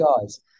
guys